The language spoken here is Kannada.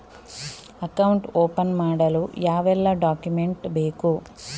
ಅಕೌಂಟ್ ಓಪನ್ ಮಾಡಲು ಯಾವೆಲ್ಲ ಡಾಕ್ಯುಮೆಂಟ್ ಬೇಕು?